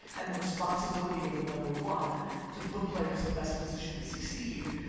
and the responsibility of the number one to put players in the best position to succeed